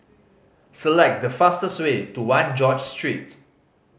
select the fastest way to One George Street